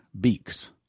beaks